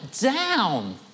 down